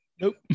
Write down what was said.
Nope